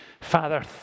Father